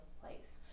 place